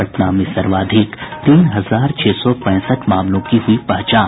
पटना में सर्वाधिक तीन हजार छह सौ पैंसठ मामलों की हुई पहचान